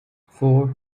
four